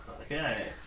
Okay